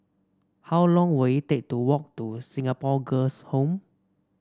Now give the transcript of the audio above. how long will it take to walk to Singapore Girls' Home